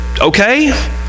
okay